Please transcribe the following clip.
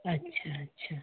अच्छा अच्छा